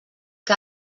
que